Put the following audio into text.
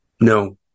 No